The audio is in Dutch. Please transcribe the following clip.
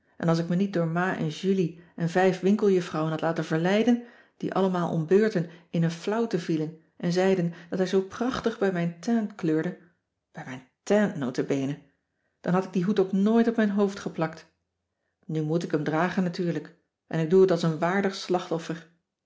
en als ik me niet door ma en julie en vijf winkeljuffrouwen had laten verleiden die allemaal om beurten in een flauwte vielen en zeiden dat hij zoo prachtig bij mijn teint kleurde bij mijn teint nota bene dan had ik dien hoed ook nooit op mijn hoofd geplakt nu moet ik hem dragen natuurlijk en ik doe het als een waardig slachtoffer